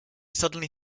suddenly